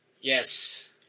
Yes